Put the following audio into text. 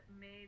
made